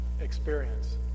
experience